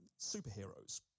superheroes